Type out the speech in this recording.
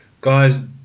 Guys